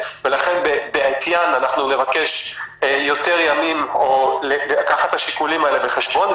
ולכן בעטיין אנחנו נבקש יותר ימים או לקחת את השיקולים האלה בחשבון,